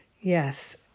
Yes